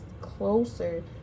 closer